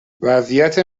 وضعیت